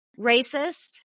racist